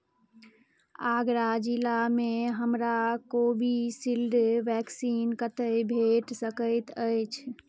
आगरा जिलामे हमरा Covishield vaccine कतय भेट सकैत अछि